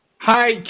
Hi